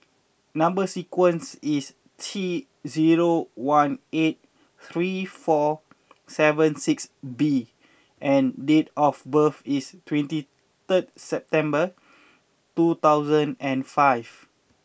number sequence is T zero one eight three four seven six B and date of birth is twenty third September two thousand and five